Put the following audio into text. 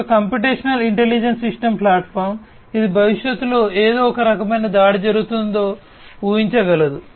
ఒక computational intelligent system platform ఇది భవిష్యత్తులో ఏదో ఒక రకమైన దాడి జరుగుతుందో ఉహించగలదు